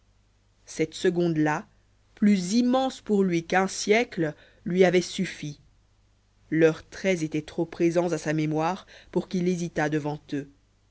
cette seconde là plus immense pour lui qu'un siècle lui avait suffi leurs traits étaient trop présents à sa mémoire pour qu'il hésitât devant eux